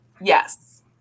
Yes